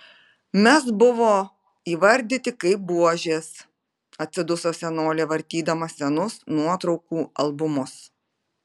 mes buvo įvardyti kaip buožės atsiduso senolė vartydama senus nuotraukų albumus